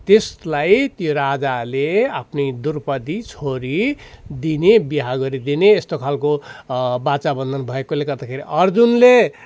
त्यसलाई त्यो राजाले आफ्नी द्रौपदी छोरी दिने विवाह गरिदिने यस्तो खालको बाचा बन्धन भएकोले गर्दाखेरि अर्जुनले